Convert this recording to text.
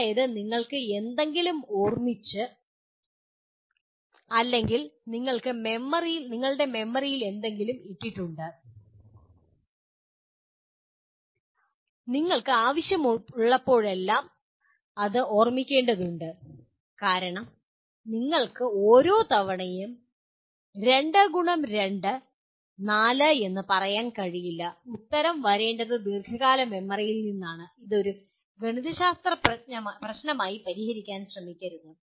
അതായത് നിങ്ങൾ എന്തെങ്കിലും ഓർമ്മിച്ചു അല്ലെങ്കിൽ നിങ്ങൾ മെമ്മറിയിൽ എന്തെങ്കിലും ഇട്ടിട്ടുണ്ട് നിങ്ങൾക്ക് ആവശ്യമുള്ളപ്പോഴെല്ലാം അത് ഓർമ്മിക്കേണ്ടതുണ്ട് കാരണം നിങ്ങൾക്ക് ഓരോ തവണയും 2 2 4 എന്ന് പറയാൻ കഴിയില്ല ഉത്തരം വരേണ്ടത് ദീർഘകാല മെമ്മറിയിൽ നിന്നാണ് ഇത് ഒരു ഗണിതശാസ്ത്ര പ്രശ്നമായി പരിഹരിക്കാൻ ശ്രമിക്കരുത്